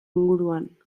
inguruan